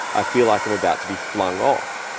i feel like i'm about to be flung off.